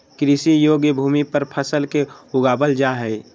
कृषि योग्य भूमि पर फसल के उगाबल जा हइ